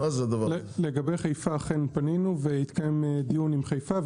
לגבי חיפה אכן פנינו והתקיים דיון עם חיפה,